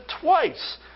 twice